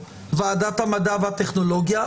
ועדת המדע והטכנולוגיה,